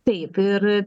taip ir